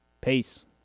peace